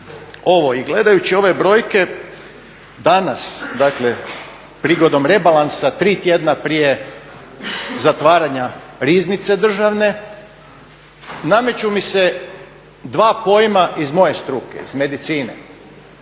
ovo i gledajući ove brojke danas, dakle prigodom rebalansa tri tjedna prije zatvaranja Riznice državne nameću mi se dva pojma iz moje struke, iz medicine.